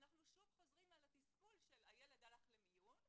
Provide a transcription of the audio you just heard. ואנחנו שוב חוזרים על התסכול של הילד שהלך למיון,